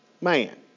man